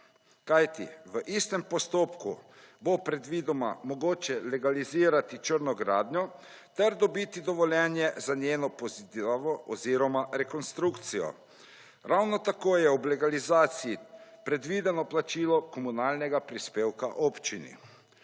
Kajti, v istem postopku bo predvidoma mogoče legalizirati črno gradnjo, ter dobiti dovoljenje za njeno pozidavo oziroma rekonstrukcijo. Ravno tako je ob legalizaciji predvideno plačilo komunalnega prispevka občini.